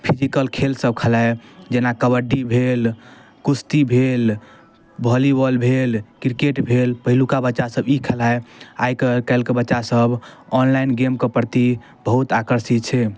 physical खेलसब खेलाइ जेना कबड्डी भेल कुश्ती भेल वॉलीबाॅल भेल किरकेट भेल पहिलुका बच्चासभ ई खेलाइ आइकाल्हिके बच्चासभ ऑनलाइन गेमके प्रति बहुत आकर्षित छै